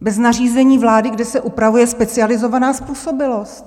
Bez nařízení vlády, kde se upravuje specializovaná způsobilost!